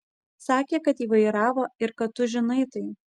sakė kad jį vairavo ir kad tu žinai tai